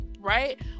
right